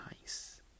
nice